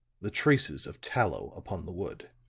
the traces of tallow upon the wood.